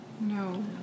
No